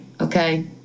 okay